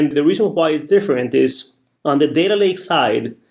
and the reason why it's different is on the data lake side,